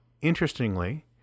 interestingly